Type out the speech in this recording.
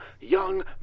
young